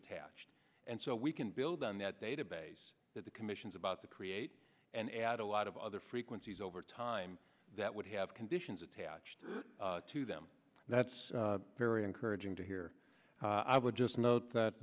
attached and so we can build on that database that the commission's about to create and add a lot of other frequencies over time that would have conditions attached to them that's very encouraging to hear i would just note that